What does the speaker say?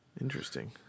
Interesting